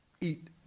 eat